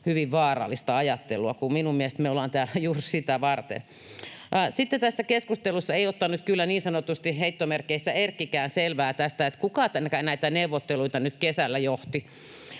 hyvin vaarallista ajattelua, kun minun mielestäni me ollaan täällä juuri sitä varten. Sitten tässä keskustelussa ei ottanut kyllä niin sanotusti, heittomerkeissä, erkkikään selvää tästä, kuka näitä neuvotteluita nyt kesällä johti.